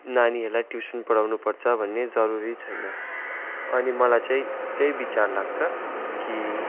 नानीहरूलाई ट्युसन पढाउनु पर्छ भन्ने जरुरी छैन अनि मलाई चाहिँ त्यही विचार लाग्छ कि